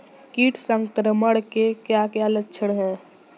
कीट संक्रमण के क्या क्या लक्षण हैं?